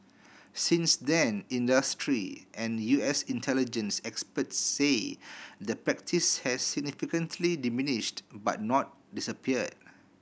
since then industry and U S intelligence experts say the practice has significantly diminished but not disappeared